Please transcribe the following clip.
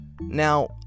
Now